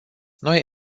noi